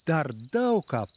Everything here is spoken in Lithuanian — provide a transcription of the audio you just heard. dar daug ką